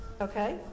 Okay